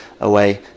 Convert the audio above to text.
away